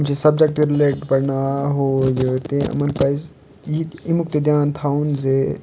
یِم چھِ subject related پَرٕناوان ہوٗ یہِ تہِ یِمَن پَزِ یہِ اَمیُک تہِ دیان تھاوُن زِ